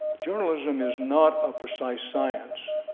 journalism is not a precise science,